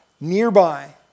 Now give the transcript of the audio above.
nearby